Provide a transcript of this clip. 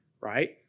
right